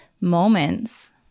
moments